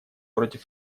против